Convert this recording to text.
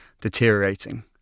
deteriorating